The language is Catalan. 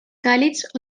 càlids